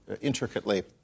intricately